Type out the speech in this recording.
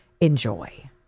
enjoy